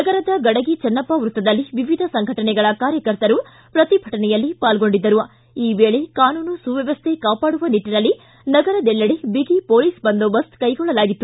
ನಗರದ ಗಡಗಿ ಚೆನ್ನಪ್ಪ ವ್ಯಕ್ತದಲ್ಲಿ ವಿವಿಧ ಸಂಘಟನೆಗಳ ಕಾರ್ಯಕರ್ತರು ಪ್ರತಿಭಟನೆಯಲ್ಲಿ ಪಾಲ್ಗೊಂಡಿದ್ದರು ಈ ವೇಳೆ ಕಾನೂನು ಸುವ್ಯವಸ್ಥೆ ಕಾಪಾಡುವ ನಿಟ್ಟನಲ್ಲಿ ನಗರದಲ್ಲೆಡೆ ಬಿಗಿ ಪೊಲೀಸ್ ಬಂದೋಬಸ್ತ್ ಕೈಗೂಳ್ಳಲಾಗಿತ್ತು